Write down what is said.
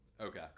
okay